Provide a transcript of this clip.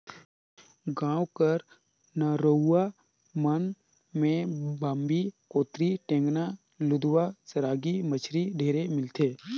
गाँव कर नरूवा मन में बांबी, कोतरी, टेंगना, लुदवा, सरांगी मछरी ढेरे मिलथे